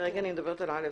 כרגע אני מדברת על (א),